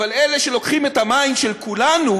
אבל אלה שלוקחים את המים של כולנו,